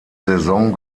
saison